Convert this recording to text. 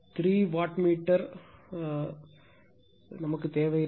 three watt metre தேவையில்லை